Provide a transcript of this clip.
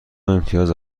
امتیاز